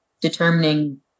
determining